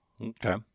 Okay